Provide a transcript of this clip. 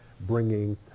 bringing